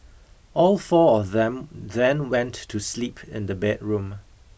all four of them then went to sleep in the bedroom